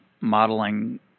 modeling